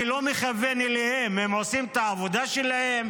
אני לא מכוון אליהם, הם עושים את העבודה שלהם.